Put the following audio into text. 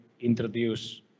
introduce